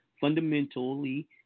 fundamentally